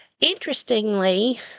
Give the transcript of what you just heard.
Interestingly